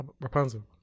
Rapunzel